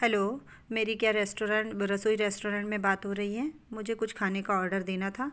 hello मेरी क्या restaurant Rasoi restaurant में बात हो रही है मुझे कुछ खाने का ऑर्डर देना था